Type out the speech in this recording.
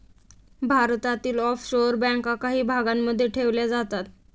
भारतातील ऑफशोअर बँका काही भागांमध्ये ठेवल्या जातात